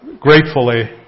gratefully